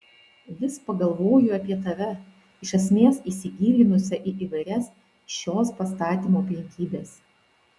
vis pagalvoju apie tave iš esmės įsigilinusią į įvairias šios pastatymo aplinkybes